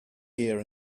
gear